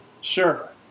Sure